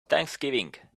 thanksgiving